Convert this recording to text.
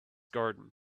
garden